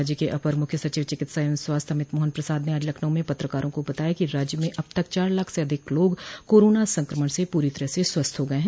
राज्य के अपर मुख्य सचिव चिकित्सा एवं स्वास्थ्य अमित मोहन प्रसाद ने आज लखनऊ में पत्रकारों को बताया कि राज्य में अब तक चार लाख से अधिक लोग कोरोना संक्रमण से पूरी तरह स्वस्थ हो गये हैं